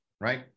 right